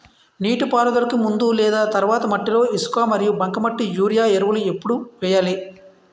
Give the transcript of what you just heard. నీటిపారుదలకి ముందు లేదా తర్వాత మట్టిలో ఇసుక మరియు బంకమట్టి యూరియా ఎరువులు ఎప్పుడు వేయాలి?